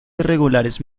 irregulares